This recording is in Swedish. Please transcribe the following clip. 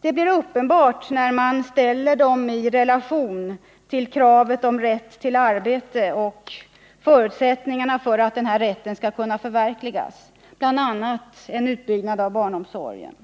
Det blir uppenbart när man ställer dessa förslag i relation till kravet på rätt till arbete och till att en förutsättning för att den rätten skall kunna förverkligas bl.a. är en utbyggnad av barnomsorgen.